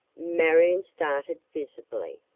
marion started visibly.